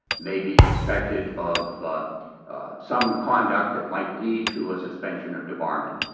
may be suspected of some conduct that might lead to a suspension or debarment,